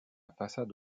façade